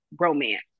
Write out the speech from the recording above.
romance